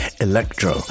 Electro